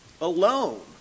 alone